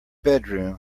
bedroom